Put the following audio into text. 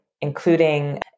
including